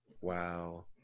Wow